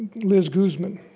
liz guseman,